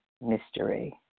mystery